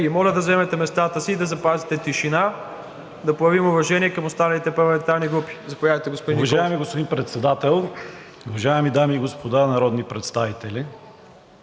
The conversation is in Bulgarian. моля да заемете местата си и да запазите тишина, да проявим уважение към останалите парламентарни групи.